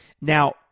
Now